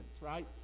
right